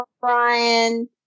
Brian